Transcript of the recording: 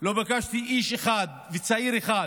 לא פגשתי איש אחד, צעיר אחד,